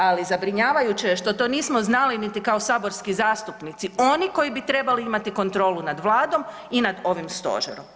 Ali zabrinjavajuće je što to nismo znali niti kao saborski zastupnici oni koji bi trebali imati kontrolu nad Vladom i nad ovim stožerom.